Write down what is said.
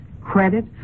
credit